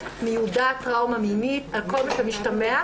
מיודעת טראומה מינית על כל מה שמשתמע,